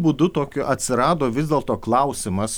būdu tokiu atsirado vis dėlto klausimas